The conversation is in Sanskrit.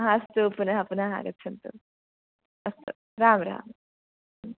हा अस्तु पुनः पुनः आगच्छन्तु अस्तु राम् राम्